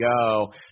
go